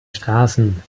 straßen